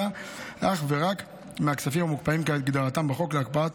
אלא אך ורק מהכספים המוקפאים כהגדרתם בחוק להקפאת